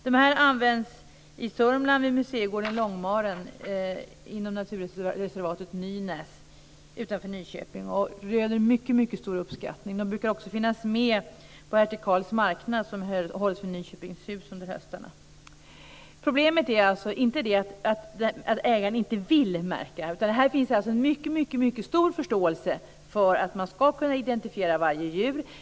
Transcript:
De används i Sörmland vid museigården Långmaren inom naturreservatet Nynäs utanför Nyköping och röner mycket stor uppskattning. De brukar också finnas med på Hertig Karls marknad, som hålls i Problemet är alltså inte att ägaren inte vill märka, utan här finns en mycket stor förståelse för att man ska kunna identifiera varje djur.